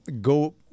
go